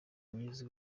myiza